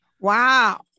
Wow